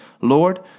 Lord